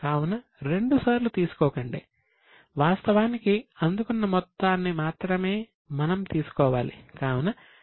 కావున రెండుసార్లు తీసుకోకండి వాస్తవానికి అందుకున్న మొత్తాన్ని మాత్రమే మనం తీసుకోవాలి